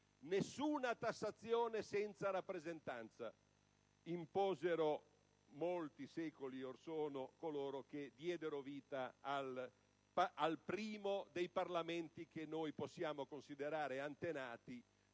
«Nessuna tassazione senza rappresentanza» imposero, molti secoli orsono, coloro che diedero vita al primo dei Parlamenti che noi possiamo considerare antenati